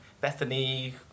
Bethany